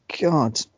God